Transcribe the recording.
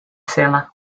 sille